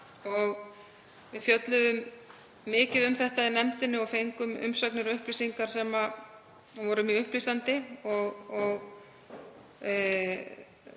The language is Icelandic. Við fjölluðum mikið um þetta í nefndinni og fengum umsagnir og upplýsingar sem voru mjög upplýsandi.